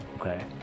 okay